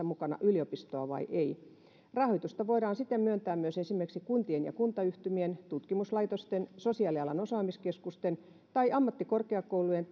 mukana yliopistoa vai ei rahoitusta voidaan siten myöntää myös esimerkiksi kuntien ja kuntayhtymien tutkimuslaitosten sosiaalialan osaamiskeskusten tai ammattikorkeakoulujen